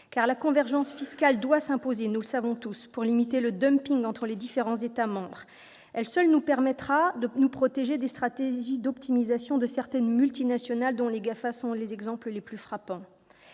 La convergence fiscale doit s'imposer, pour limiter le entre les différents États membres. Elle nous permettra également de nous protéger des stratégies d'optimisation de certaines multinationales, dont les GAFA sont les exemples les plus frappants.